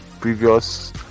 previous